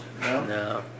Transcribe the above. No